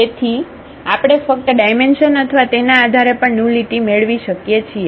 તેથી આપણે ફક્ત ડાયમેન્શન અથવા તેના આધારે પણ નુલીટી મેળવી શકીએ છીએ